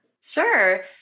Sure